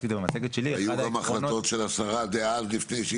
היו גם החלטות של השרה דאז לפני שהיא התחלפה.